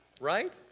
right